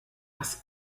was